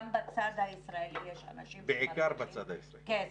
גם בצד הישראלי יש אנשים שמרוויחים כסף.